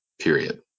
period